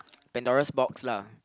Pandora's box lah